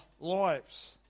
lives